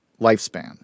lifespan